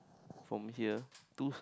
from here too